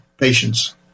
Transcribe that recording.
patients